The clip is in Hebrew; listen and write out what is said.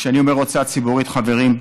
כשאני אומר הוצאה ציבורית, חברים,